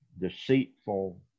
deceitful